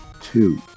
two